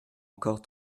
encore